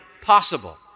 possible